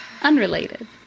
Unrelated